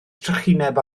trychineb